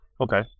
Okay